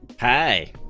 Hi